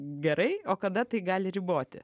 gerai o kada tai gali riboti